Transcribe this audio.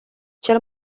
cel